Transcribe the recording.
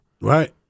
right